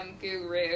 guru